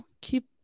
keep